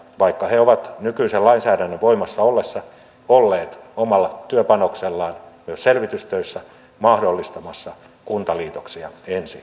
vaikka he ovat nykyisen lainsäädännön voimassa ollessa olleet omalla työpanoksellaan myös selvitystöissä mahdollistamassa kuntaliitoksia